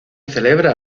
celebra